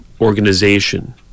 organization